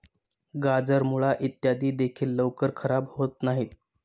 गाजर, मुळा इत्यादी देखील लवकर खराब होत नाहीत